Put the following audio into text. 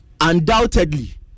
undoubtedly